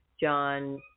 John